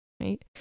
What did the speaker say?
right